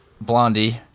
Blondie